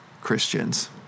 Christians